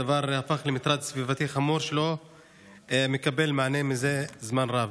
הדבר הפך למטרד סביבתי חמור שלא מקבל מענה מזה זמן רב.